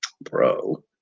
bro